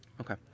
Okay